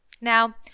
Now